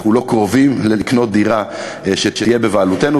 אנחנו לא קרובים לקנות דירה שתהיה בבעלותנו,